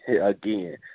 again